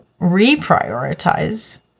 reprioritize